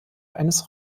eines